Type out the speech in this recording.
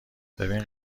ببین